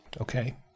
okay